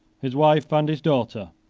his wife and his daughter,